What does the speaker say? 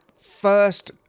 first